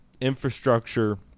infrastructure